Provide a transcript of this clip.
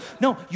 No